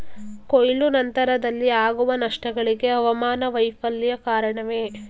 ಕೊಯ್ಲು ನಂತರದಲ್ಲಿ ಆಗುವ ನಷ್ಟಗಳಿಗೆ ಹವಾಮಾನ ವೈಫಲ್ಯ ಕಾರಣವೇ?